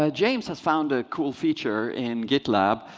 ah james has found a cool feature in gitlab,